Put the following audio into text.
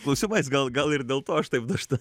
klausimais gal gal ir dėl to aš taip nuo šito